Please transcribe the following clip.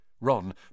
Ron